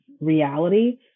reality